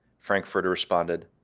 frankfurter responded,